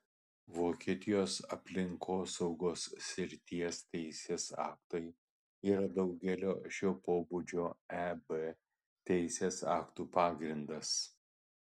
vokietijos aplinkosaugos srities teisės aktai yra daugelio šio pobūdžio eb teisės aktų pagrindas